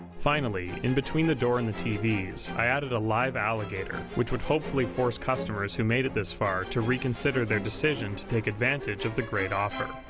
finally, in between the door and the tvs, i added a live alligator, which would hopefully force customers who made it this far to reconsider their decision to take advantage of the great offer.